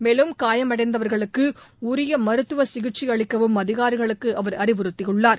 மேலும் காயம் அடைந்தவர்களுக்கு உரிய மருத்துவ சிகிச்சை அளிக்கவும் அதிகாரிகளுக்கு அவர் அறிவுறுத்தியுள்ளார்